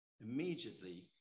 immediately